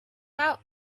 out